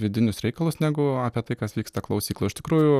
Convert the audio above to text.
vidinius reikalus negu apie tai kas vyksta klausykloj iš tikrųjų